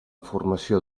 formació